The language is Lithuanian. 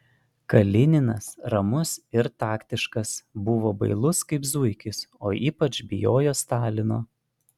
kalininas ramus ir taktiškas buvo bailus kaip zuikis o ypač bijojo stalino